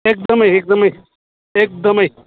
एकदमै एकदमै एकदमै